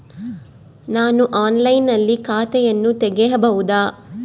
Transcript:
ನಾನು ಆನ್ಲೈನಿನಲ್ಲಿ ಖಾತೆಯನ್ನ ತೆಗೆಯಬಹುದಾ?